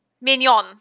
mignon